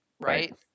Right